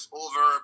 over